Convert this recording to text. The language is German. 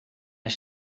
ich